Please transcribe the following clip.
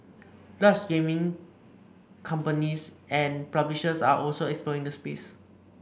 larger gaming companies and publishers are also exploring the space